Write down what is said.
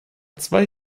zwei